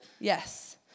yes